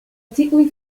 tiuj